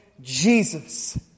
Jesus